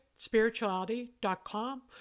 spirituality.com